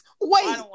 Wait